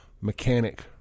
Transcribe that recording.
mechanic